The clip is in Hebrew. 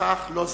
לכך הוא לא זכה,